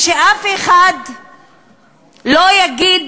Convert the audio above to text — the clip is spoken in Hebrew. ואף אחד לא יגיד